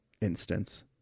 instance